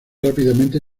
rápidamente